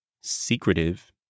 secretive